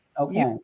Okay